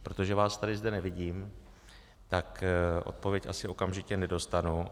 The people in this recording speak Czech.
Protože vás tady zde nevidím, tak odpověď asi okamžitě nedostanu.